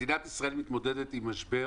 מדינת ישראל מתמודדת עם משבר